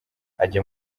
ajya